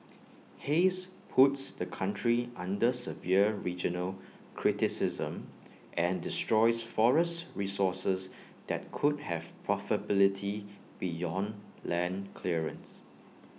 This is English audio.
haze puts the country under severe regional criticism and destroys forest resources that could have profitability beyond land clearance